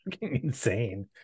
insane